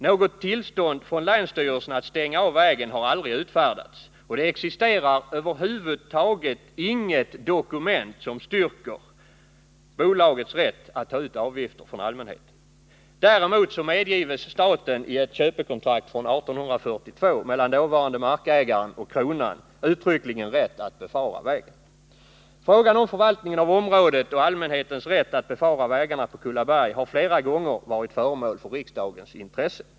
Något tillstånd från länsstyrelsen att stänga av vägen har aldrig utfärdats, och det existerar över huvud taget inget dokument som styrker bolagets rätt att ta ut avgifter från allmänheten. Däremot medges staten i ett köpekontrakt från 1842 mellan dåvarande markägare och Kronan uttryckligen rätt att befara vägen. Frågan om förvaltningen av området och allmänhetens rätt att befara vägarna på Kullaberg har flera gånger varit föremål för riksdagens intresse.